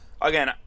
again